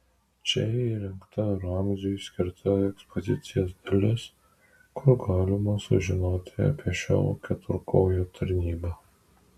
čia įrengta ramziui skirta ekspozicijos dalis kur galima sužinoti apie šio keturkojo tarnybą